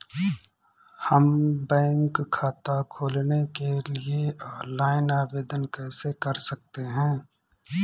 हम बैंक खाता खोलने के लिए ऑनलाइन आवेदन कैसे कर सकते हैं?